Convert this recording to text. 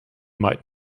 might